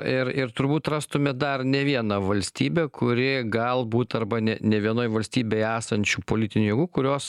ir ir turbūt rastume dar ne vieną valstybę kuri galbūt arba ne ne vienoj valstybėj esančių politinių jėgų kurios